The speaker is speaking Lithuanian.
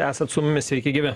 esat su mumis sveiki gyvi